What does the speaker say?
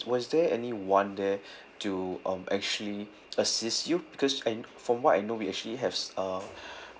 was there anyone there to um actually assist you because and from what I know we actually have s~ uh